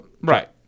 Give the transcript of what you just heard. Right